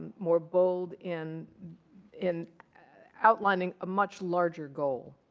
more bold in in outlining a much larger goal.